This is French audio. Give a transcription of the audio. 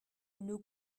une